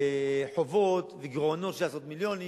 חובות וגירעונות של עשרות מיליונים.